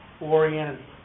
oriented